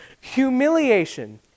humiliation